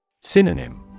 Synonym